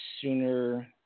sooner